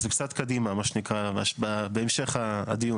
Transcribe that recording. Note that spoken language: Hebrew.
זה קצת קדימה, מה שנקרא, בהמשך הדיון.